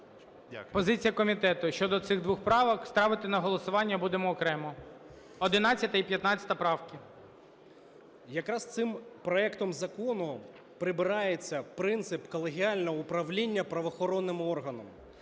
Позиція комітету щодо цих двох правок. Ставити на голосування будемо окремо. 11 і 15 правки. 14:42:19 МОНАСТИРСЬКИЙ Д.А. Якраз цим проектом закону прибирається принцип колегіального управління правоохоронними органами.